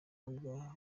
butumwa